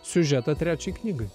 siužetą trečiai knygai